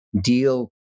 deal